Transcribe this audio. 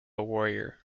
warrior